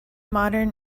modern